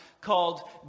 called